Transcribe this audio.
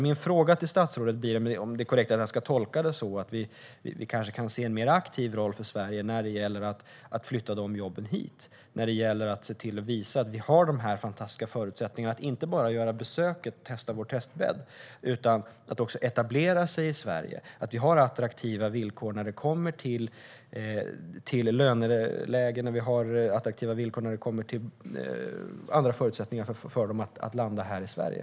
Min fråga till statsrådet blir: Ska jag tolka det som att vi kanske kan se en mer aktiv roll för Sverige när det gäller att flytta de jobben hit? Det gäller att se till att visa att vi har de här fantastiska förutsättningarna, så att man inte bara besöker och testar i vår testbädd utan också etablerar sig i Sverige. Vi har attraktiva villkor när det gäller löneläge och andra goda förutsättningar för företag att landa här i Sverige.